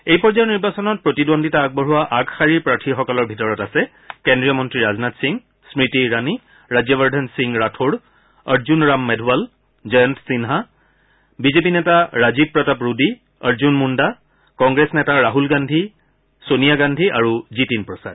এই পৰ্যায়ৰ নিৰ্বাচনত প্ৰতিদ্বন্দ্বিতা আগবঢ়োৱা আগশাৰীৰ প্ৰাৰ্থীসকলৰ ভিতৰত আছে কেন্দ্ৰীয় মন্ত্ৰী ৰাজনাথ সিং স্মৃতি ইৰাণী ৰাজ্যবৰ্যন সিং ৰাথোড় অৰ্জুন ৰাম মেধৱাল জয়ন্ত সিনহা বিজেপি নেতা ৰাজীৱ প্ৰতাপ ৰুডী অৰ্জুন মুণ্ডা কংগ্ৰেছ নেতা ৰাহুল গান্ধী ছোনিয়া গান্ধী আৰু জিতিন প্ৰসাদ